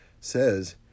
says